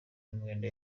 n’umwenda